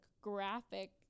graphic